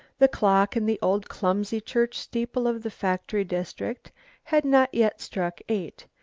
the clock in the old clumsy church steeple of the factory district had not yet struck eight,